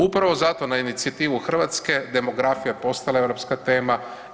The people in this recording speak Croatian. Upravo zato na inicijativu Hrvatske demografija je postala europska tema.